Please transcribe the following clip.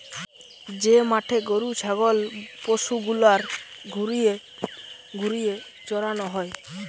যে মাঠে গরু ছাগল পশু গুলার ঘুরিয়ে ঘুরিয়ে চরানো হয়